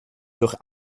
durch